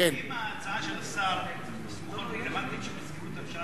אם ההצעה של השר שמחון היא שמזכירות הממשלה